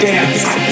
Dance